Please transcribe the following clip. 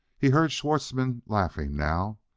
he heard schwartzmann laughing now,